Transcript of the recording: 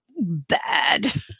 bad